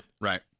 Right